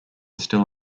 still